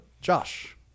josh